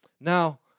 Now